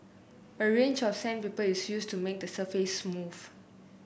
a range of sandpaper is used to make the surface smooth